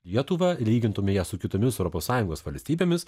lietuvą lygintume su kitomis europos sąjungos valstybėmis